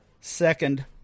second